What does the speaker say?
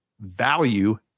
value